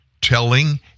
telling